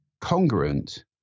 congruent